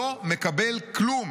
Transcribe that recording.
לא מקבל כלום.